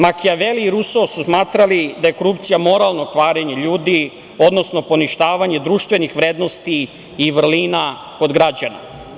Makijaveli i Ruso su smatrali da je korupcija moralno kvarenje ljudi, odnosno poništavanje društvenih vrednosti i vrlina od građana.